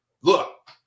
Look